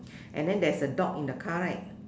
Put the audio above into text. and then there's a dog in the car right